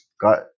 got